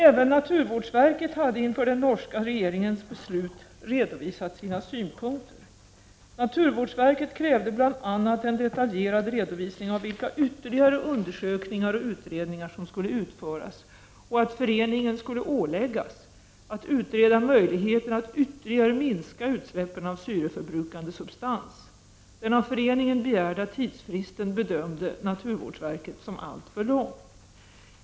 Även naturvårdsverket hade inför den norska regeringens beslut redovisat sina synpunkter. Naturvårdsverket krävde bl.a. en detaljerad redovisning av vilka ytterligare undersökningar och utredningar som skulle utföras och att föreningen skulle åläggas att utreda möjligheten att ytterligare minska utsläppen av syreförbrukande substans. Den av föreningen begärda tidsfristen bedömde naturvårdsverket som alltför lång.